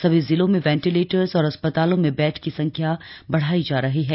सभी जिलों में वेंटिलेटर्स और अस्पतालों में बेड की संख्या बढ़ाई जा रही है